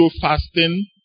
fasting